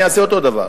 אני אעשה אותו דבר.